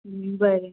बरें